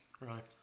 Right